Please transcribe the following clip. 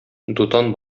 дутан